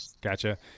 Gotcha